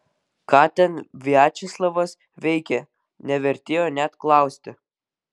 ką ten viačeslavas veikė nevertėjo net klausti